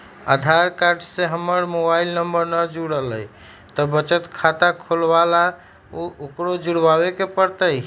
आधार card से हमर mobile number न जुरल है त बचत खाता खुलवा ला उकरो जुड़बे के पड़तई?